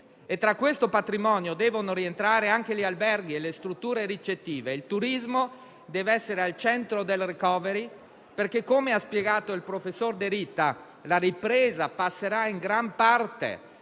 Tra questo patrimonio devono rientrare anche gli alberghi e le strutture ricettive: il turismo dev'essere al centro del *recovery*, perché, come ha spiegato il professor De Rita, la ripresa passerà in gran parte